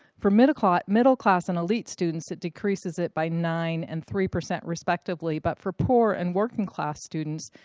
for middle ah middle class and elite students, it decreases it by nine percent and three percent respectively, but for poor and working class students,